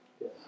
Yes